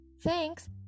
Thanks